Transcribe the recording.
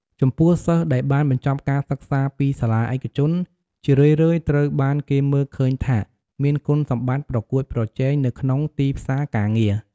ចំពោះ សិស្សដែលបានបញ្ចប់ការសិក្សាពីសាលាឯកជន ជារឿយៗត្រូវបានគេមើលឃើញថាមានគុណសម្បត្តិប្រកួតប្រជែងនៅក្នុងទីផ្សារការងារ។